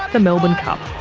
the melbourne cup.